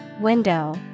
window